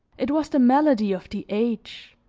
it was the malady of the age,